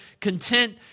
content